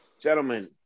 gentlemen